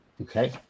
Okay